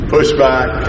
Pushback